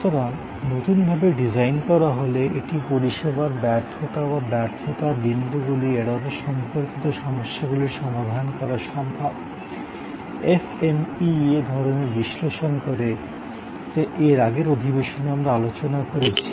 সুতরাং নতুনভাবে ডিজাইন করা হলে এটি পরিষেবার ব্যর্থতা বা ব্যর্থতার বিন্দুগুলি এড়ানো সম্পর্কিত সমস্যাগুলির সম্বোধন করা সম্ভব এফএমইএ ধরণের বিশ্লেষণ করে যা এর আগের অধিবেশনে আমরা আলোচনা করেছি